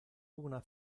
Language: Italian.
una